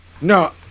No